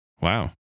Wow